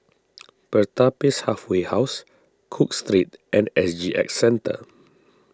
Pertapis Halfway House Cook Street and S G X Centre